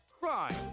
crime